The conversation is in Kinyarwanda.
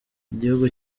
igihugu